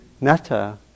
metta